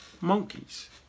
monkeys